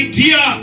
dear